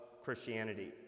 Christianity